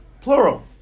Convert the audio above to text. plural